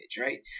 right